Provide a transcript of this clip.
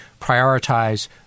prioritize